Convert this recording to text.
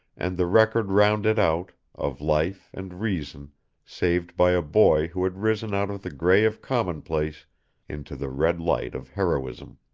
and the record rounded out, of life and reason saved by a boy who had risen out of the gray of commonplace into the red light of heroism.